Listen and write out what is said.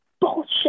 bullshit